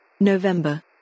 November